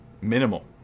Minimal